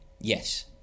Yes